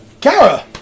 Kara